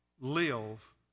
live